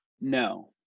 No